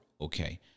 okay